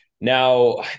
Now